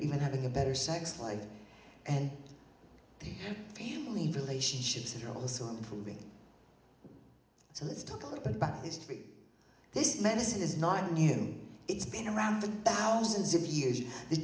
even having a better sex life and family relationships are also improving so let's talk about history this menace is not new it's been around for thousands of years the